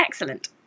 excellent